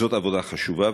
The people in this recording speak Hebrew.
זאת עבודה חשובה,